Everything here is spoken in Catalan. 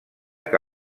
que